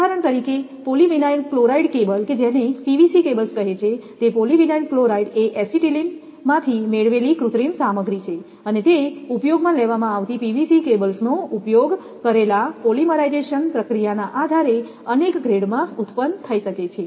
ઉદાહરણ તરીકે polyvinyl chloride cable કે જેને PVC કેબલ્સ કહે છે તે પોલિવિનાઇલ ક્લોરાઇડ એ એસિટીલિન માંથી મેળવેલી કૃત્રિમ સામગ્રી છે અને તે ઉપયોગમાં લેવામાં આવતી PVC કેબલ્સનો ઉપયોગ કરેલા પોલિમરાઇઝેશન પ્રક્રિયાના આધારે અનેક ગ્રેડમાં ઉત્પન્ન થઈ શકે છે